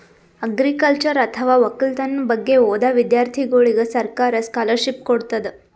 agriculture ಅಥವಾ ವಕ್ಕಲತನ್ ಬಗ್ಗೆ ಓದಾ ವಿಧ್ಯರ್ಥಿಗೋಳಿಗ್ ಸರ್ಕಾರ್ ಸ್ಕಾಲರ್ಷಿಪ್ ಕೊಡ್ತದ್